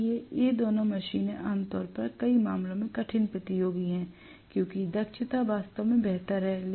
इसलिए ये दोनों मशीनें आम तौर पर कई मामलों में कठिन प्रतियोगी हैं क्योंकि दक्षता वास्तव में बेहतर है